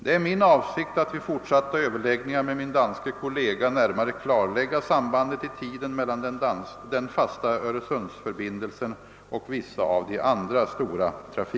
Det är min avsikt att vid fortsatta överläggningar med min danske kollega närmare klarlägga sambandet i ti